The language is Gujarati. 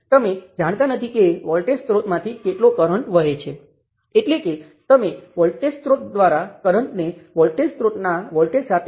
હવે બીજી મેશ માટે બીજી મેશમાં સ્વતંત્ર વોલ્ટેજ સ્ત્રોત શૂન્ય છે તેથી જમણી બાજુએ મારી પાસે માત્ર શૂન્ય હશે